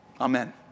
Amen